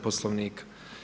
Poslovnika.